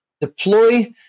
Deploy